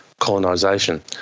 colonisation